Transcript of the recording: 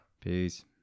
Peace